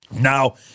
Now